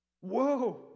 Whoa